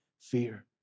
fear